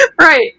Right